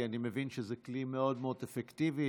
כי אני מבין שזה כלי מאוד מאוד אפקטיבי.